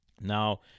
Now